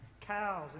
Cows